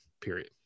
period